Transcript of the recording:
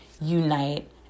unite